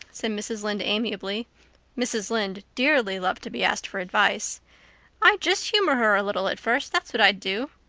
said mrs. lynde amiably mrs. lynde dearly loved to be asked for advice i'd just humor her a little at first, that's what i'd do.